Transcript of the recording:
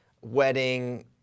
wedding